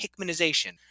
Hickmanization